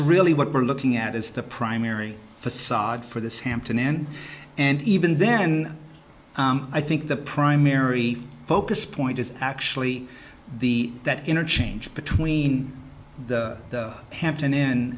really what we're looking at is the primary facade for this hampton inn and even then i think the primary focus point is actually the that interchange between the hampton inn